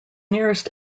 nearest